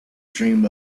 dream